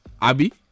Abby